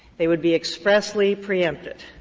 they would be expressly preempted,